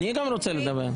אני גם רוצה לדבר.